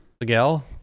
Miguel